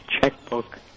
checkbook